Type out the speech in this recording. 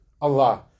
Allah